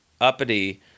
uppity